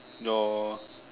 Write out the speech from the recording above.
no